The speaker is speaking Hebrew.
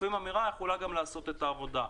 לפעמים אמירה יכולה גם לעשות את העבודה.